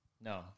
No